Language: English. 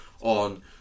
on